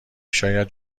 شاید